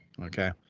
Okay